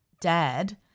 dad